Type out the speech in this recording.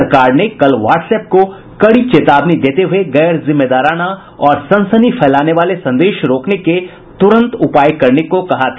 सरकार ने कल व्हाट्सएप को कड़ी चेतावनी देते हुए गैर जिम्मेदाराना और सनसनी फैलाने वाले संदेश रोकने के तुरंत उपाय करने को कहा था